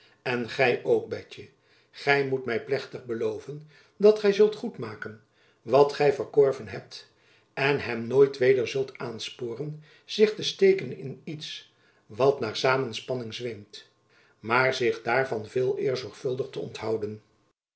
en gy ook betjen gy moet my plechtig beloven dat gy zult goedmaken wat gy verkorven hebt en hem nooit weder zult aansporen zich te steken in iets wat naar samenspanning zweemt maar zich daarvan veeleer zorgvuldig te onthouden